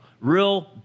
Real